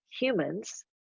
humans